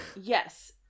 Yes